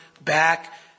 back